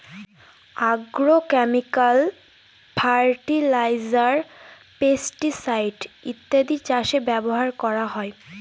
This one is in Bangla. আগ্রোক্যামিকাল ফার্টিলাইজার, পেস্টিসাইড ইত্যাদি চাষে ব্যবহার করা হয়